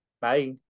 bye